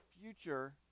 future